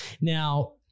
Now